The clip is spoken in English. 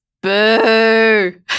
Boo